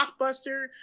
Blockbuster